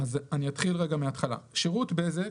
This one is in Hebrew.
אתחיל מהתחלה: שרות בזק